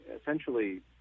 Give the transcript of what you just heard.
essentially